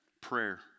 Prayer